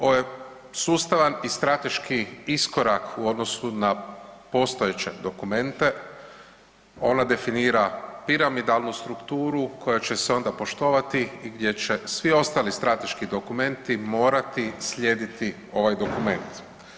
Ovaj sustavan i strateški iskorak u odnosu na postojeće dokumente, ona definira piramidalnu strukturu koja će se onda poštovati i gdje će svi ostali strateški dokumenti morati slijediti ovaj dokument.